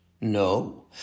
No